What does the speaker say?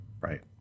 Right